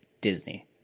Disney